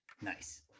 nice